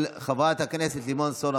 ההצעה להעביר את הצעת חוק העונשין (תיקון,